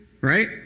right